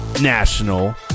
national